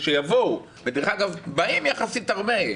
אגב, באים יחסית הרבה.